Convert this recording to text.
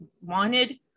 wanted